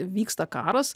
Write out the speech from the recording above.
vyksta karas